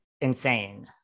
insane